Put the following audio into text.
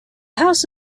house